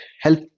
help